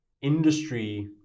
Industry